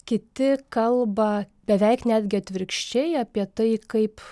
kiti kalba beveik netgi atvirkščiai apie tai kaip